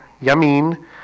yamin